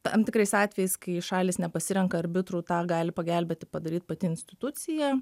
tam tikrais atvejais kai šalys nepasirenka arbitrų tą gali pagelbėti padaryt pati institucija